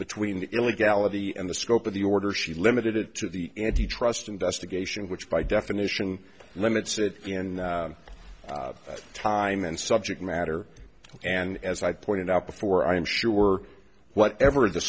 between the illegality and the scope of the order she limited it to the anti trust investigation which by definition limits it in time and subject matter and as i pointed out before i am sure whatever the